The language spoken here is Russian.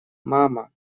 мама